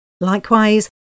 Likewise